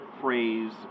phrase